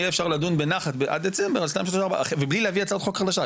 יהיה אפשר לדון בנחת עד דצמבר ובלי להביא הצעת חוק חדשה,